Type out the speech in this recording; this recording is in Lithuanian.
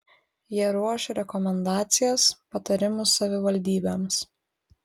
jie ruoš rekomendacijas patarimus savivaldybėms